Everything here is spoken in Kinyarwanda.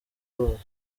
bose